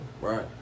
Right